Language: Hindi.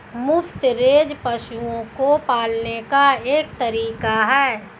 मुफ्त रेंज पशुओं को पालने का एक तरीका है